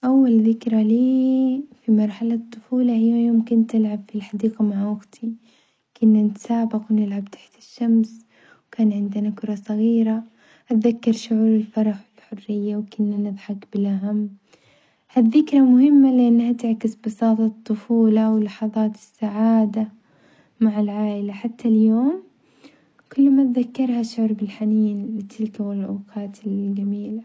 أول ذكري لي-يي في مرحلة الطفولة هي يوم كنت ألعب في الحديقة مع أختي، كنا نتسابق ونلعب تحت الشمس وكان عندنا كرة صغيرة، أتذكر شعور الفرح والحرية وكنا نضحك بلا هم، هالذكرى مهمة لأنها تعكس بساطة الطفولة ولحظات السعادة مع العائلة حتى اليوم كل ما أتذكرها أشعر بالحنين لتلك الأوقات الجميلة.